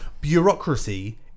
Bureaucracy